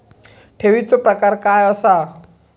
ठेवीचो प्रकार काय असा?